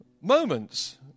moments